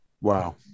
wow